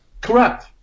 Correct